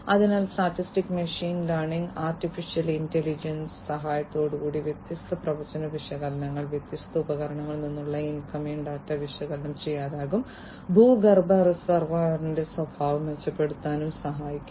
അതിനാൽ statistics machine learning artificial ഇന്റലിജൻസിന്റെ സഹായത്തോടെയുള്ള വ്യത്യസ്ത പ്രവചന വിശകലനങ്ങൾ വ്യത്യസ്ത ഉപകരണങ്ങളിൽ നിന്നുള്ള ഇൻകമിംഗ് ഡാറ്റ വിശകലനം ചെയ്യാനും ഭൂഗർഭ റിസർവോയറിന്റെ സ്വഭാവം മെച്ചപ്പെടുത്താനും സഹായിക്കും